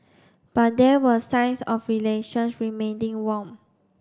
but there were signs of relations remaining warm